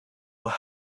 were